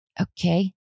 okay